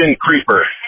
Creeper